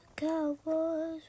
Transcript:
Cowboys